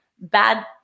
bad